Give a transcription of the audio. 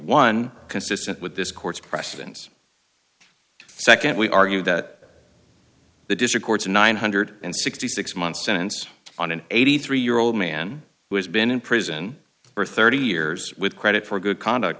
one consistent with this court's precedents second we argue that the district court's nine hundred and sixty six month sentence on an eighty three year old man who has been in prison for thirty years with credit for good conduct